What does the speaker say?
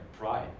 pride